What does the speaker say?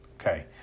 Okay